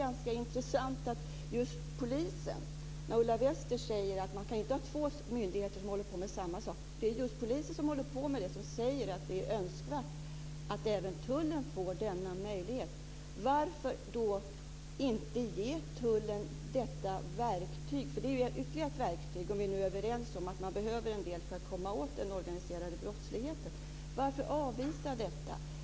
Ulla Wester säger att man inte kan ha två myndigheter som håller på med samma sak. Polisen, som gör detta, säger att det är önskvärt att även tullen får den möjligheten. Varför inte ge tullen detta verktyg? Vi är överens om att man behöver en del verktyg för att komma åt den organiserade brottsligheten. Varför avvisa detta?